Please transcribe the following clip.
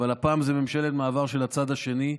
אבל הפעם זו ממשלת מעבר של הצד השני,